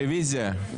רביזיה.